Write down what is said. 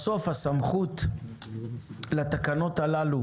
בסוף הסמכות לתקנות הללו